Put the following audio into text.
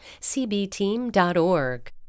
CBTeam.org